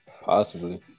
possibly-